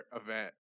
event